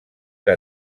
que